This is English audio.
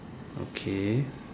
okay